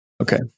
Okay